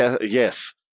Yes